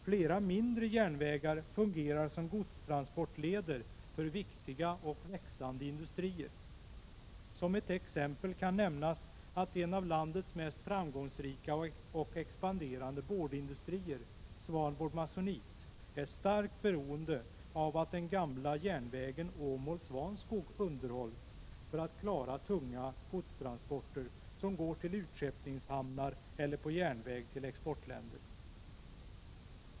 Flera mindre järnvägar fungerar som godstransportleder för viktiga och växande industrier. Som ett exempel kan nämnas att en av landets mest framgångsrika och expanderande boardindustrier, Swanboard Masonite, är starkt beroende av att den gamla järnvägen Åmål— Svanskog underhålls för att klara tunga godstransporter som går till utskeppningshamnar eller på järnväg till exportländer.